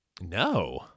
No